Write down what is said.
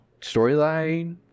Storyline